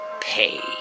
pay